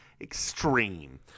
Extreme